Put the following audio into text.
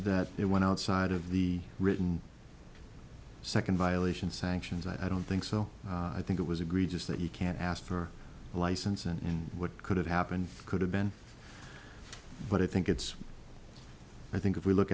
that it went outside of the written second violation sanctions i don't think so i think it was agreed just that you can't ask for a license and what could have happened could have been but i think it's i think if we look